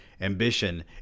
Ambition